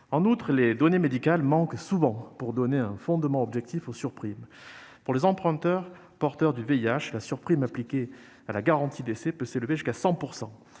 En outre, les données médicales manquent souvent pour donner un fondement objectif aux surprimes. Pour les emprunteurs porteurs du VIH, la surprime appliquée à la garantie décès peut s'élever jusqu'à 100